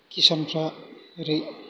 किसानफ्रा ओरै